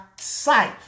sight